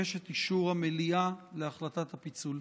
אבקש את אישור המליאה להחלטת הפיצול.